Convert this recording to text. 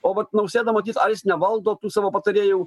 o vat nausėda matyt ar jis nevaldo tų savo patarėjų